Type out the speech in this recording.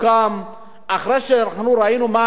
אחרי שאנחנו ראינו מה היה בקריית-מלאכי,